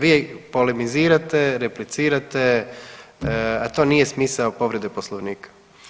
Vi polemizirate, replicirate, a to nije smisao povrede Poslovnika.